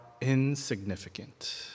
insignificant